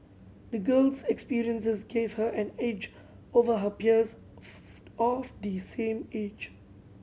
the girl's experiences gave her an edge over her peers of the same age